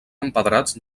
empedrats